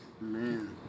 Man